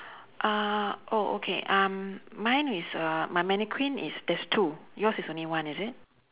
uh oh okay um mine is uh my mannequin is there's two yours is only one is it